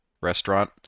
restaurant